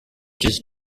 just